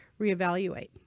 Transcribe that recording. reevaluate